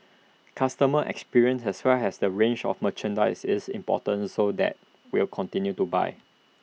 customer experience as well as the range of merchandise is important so that will continue to buy